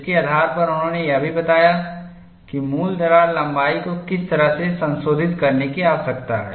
इसके आधार पर उन्होंने यह भी बताया कि मूल दरार लंबाई को किस तरह से संशोधित करने की आवश्यकता है